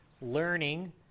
learning